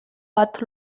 bat